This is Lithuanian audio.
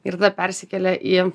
ir tada persikėlė į